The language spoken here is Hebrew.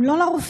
אם לא לרופאים,